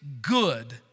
good